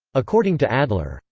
according to adler,